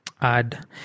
add